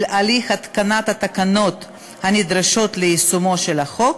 הליך התקנת התקנות הנדרשות ליישומו של החוק,